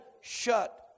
shut